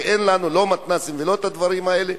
שאין לנו לא מתנ"סים ולא את הדברים האלה.